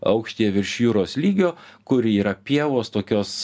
aukštyje virš jūros lygio kur yra pievos tokios